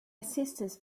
sisters